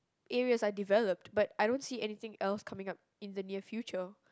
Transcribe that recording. areas are developed but I don't see anything else coming up in the near future